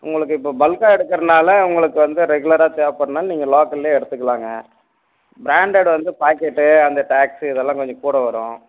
உங்களுக்கு இப்போ பல்க்காக எடுக்குறனால உங்களுக்கு வந்து ரெகுலராக தேவைப்படுறதனால நீங்கள் லோக்கல்லையே எடுத்துக்கலாங்க ப்ராண்டட் வந்து பாக்கெட் வந்து டேக்ஸ் இதெல்லாம் கொஞ்சம் கூட வரும்